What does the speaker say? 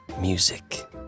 music